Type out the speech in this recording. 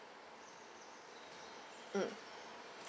mm